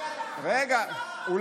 אז את עורכת דין, כמו שליש מהמדינה.